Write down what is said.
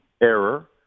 error